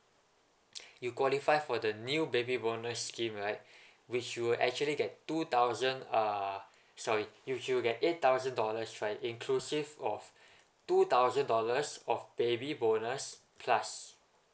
you qualify for the new baby bonus scheme right which you will actually get two thousand uh sorry you should get eight thousand dollars right inclusive of two thousand dollars of baby bonus plus